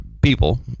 people